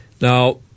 Now